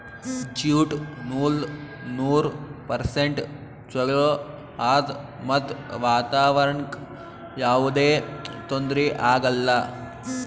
jute ನೂಲ್ ನೂರ್ percent ಚೊಲೋ ಆದ್ ಮತ್ತ್ ವಾತಾವರಣ್ಕ್ ಯಾವದೇ ತೊಂದ್ರಿ ಆಗಲ್ಲ